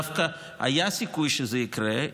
עם חוק ההתנתקות דווקא היה סיכוי שזה יקרה.